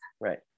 Right